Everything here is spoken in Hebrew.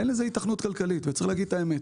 אין לזה היתכנות כלכלית וצריך לומר את האמת.